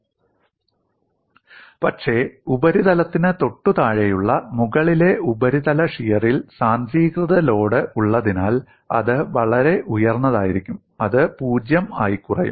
നിങ്ങൾക്ക് ഉപരിതലത്തിന് തൊട്ടുതാഴെയുള്ള മുകളിലെ ഉപരിതല ഷിയറിൽ സാന്ദ്രീകൃത ലോഡ് ഉള്ളതിനാൽ അത് വളരെ ഉയർന്നതായിരിക്കും അത് 0 ആയി കുറയും